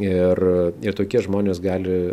ir ir tokie žmonės gali